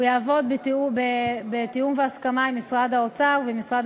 הוא יעבוד בתיאום והסכמה עם משרד האוצר ומשרד